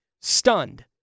Stunned